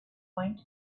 point